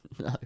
No